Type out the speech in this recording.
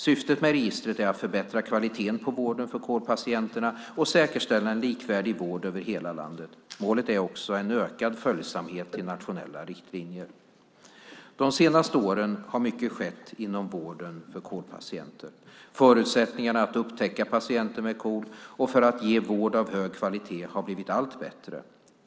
Syftet med registret är att förbättra kvaliteten på vården för KOL-patienterna och säkerställa en likvärdig vård över hela landet. Målet är också en ökad följsamhet till nationella riktlinjer. De senaste åren har mycket skett inom vården för KOL-patienter. Förutsättningarna för att upptäcka patienter med KOL och för att ge vård av hög kvalitet har blivit allt bättre.